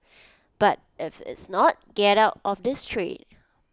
but if it's not get out of this trade